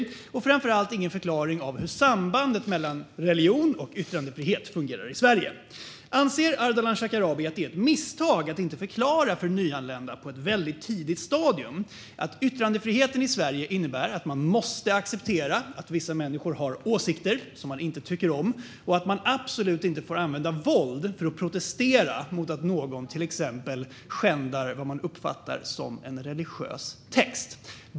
Det finns framför allt ingen förklaring av hur sambandet mellan hur religion och yttrandefrihet fungerar i Sverige. Anser Ardalan Shekarabi att det är ett misstag att inte förklara för nyanlända på ett väldigt tidigt stadium att yttrandefriheten i Sverige innebär att man måste acceptera att vissa människor har åsikter som man inte tycker om och att man absolut inte får använda våld för att protestera mot att någon till exempel skändar vad man uppfattar som en religiös text?